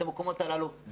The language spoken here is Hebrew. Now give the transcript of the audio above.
את המקומות הללו.